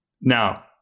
Now